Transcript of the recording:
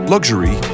Luxury